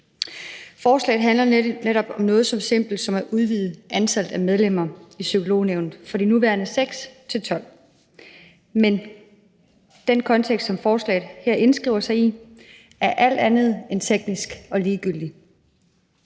Forslaget handler nemlig om noget så simpelt som at udvide antallet af medlemmer af Psykolognævnet, nemlig fra de nuværende 6 medlemmer til 12 medlemmer. Men den kontekst, som forslaget indskriver sig i, er alt andet end teknisk og ligegyldig,